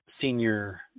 senior